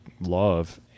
love